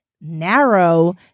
narrow